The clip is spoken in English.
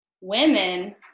women